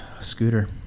Scooter